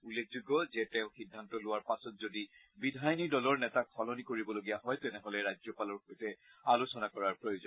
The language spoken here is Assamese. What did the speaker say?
উল্লেখযোগ্য যে তেওঁ সিদ্ধান্ত লোৱাৰ পাছত যদি বিধায়িনী দলৰ নেতাক সলনি কৰিবলগীয়া হয় তেতিয়াহলে ৰাজ্যপালৰ সৈতে আলোচনা কৰাৰ প্ৰয়োজন